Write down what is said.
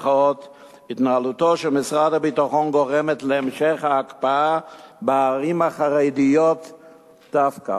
התנהלותו של משרד הביטחון גורמת להמשך ההקפאה בערים החרדיות דווקא,